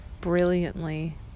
brilliantly